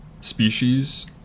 species